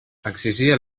exigia